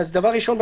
דבר ראשון,